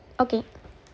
okay